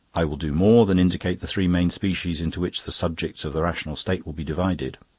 i will do more than indicate the three main species into which the subjects of the rational state will be divided.